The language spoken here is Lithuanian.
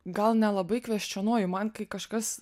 gal nelabai kvesčionuoju man kai kažkas